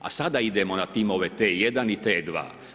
A sada idemo na timove T1 i T2.